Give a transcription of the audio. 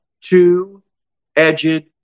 Two-edged